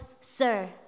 sir